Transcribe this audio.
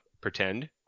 pretend